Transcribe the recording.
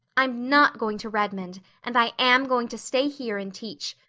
i'm not going to redmond and i am going to stay here and teach.